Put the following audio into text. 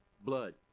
Blood